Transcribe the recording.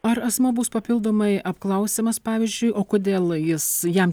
ar asmuo bus papildomai apklausiamas pavyzdžiui o kodėl jis jam